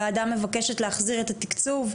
הוועדה מבקשת להחזיר את התקצוב,